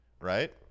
right